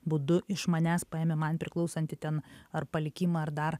būdu iš manęs paėmė man priklausantį ten ar palikimą ar dar